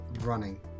running